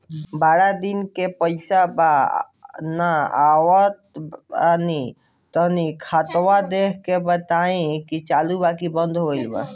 बारा दिन से पैसा बा न आबा ता तनी ख्ताबा देख के बताई की चालु बा की बंद हों गेल बा?